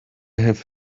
have